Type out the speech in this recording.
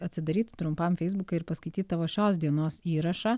atsidaryt trumpam feisbuką ir paskaityt tavo šios dienos įrašą